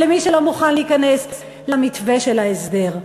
על מי שלא מוכן להיכנס למתווה של ההסדר.